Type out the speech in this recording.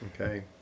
Okay